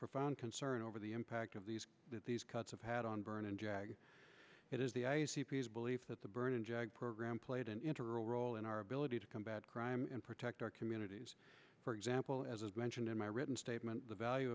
profound concern over the impact of these these cuts have had on burn and jag it is the belief that the burning jag program played an integral role in our ability to combat crime and protect our communities for example as mentioned in my written statement the value